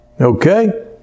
Okay